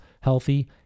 healthy